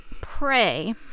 pray